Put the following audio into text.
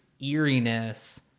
eeriness